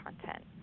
content